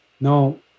no